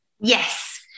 Yes